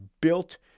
built